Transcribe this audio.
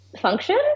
function